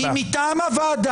היא מטעם הוועדה,